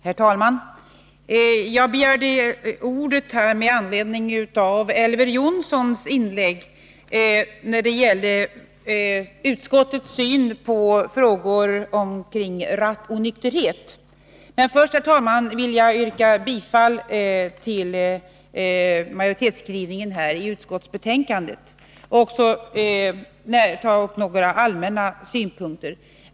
Herr talman! Jag begärde ordet med anledning av Elver Jonssons inlägg när det gällde utskottets syn på frågor kring rattonykterhet. Men först, herr talman, vill jag yrka bifall till majoritetens hemställan i utskottsbetänkandet — och också ta upp några allmänna synpunkter.